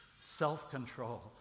self-control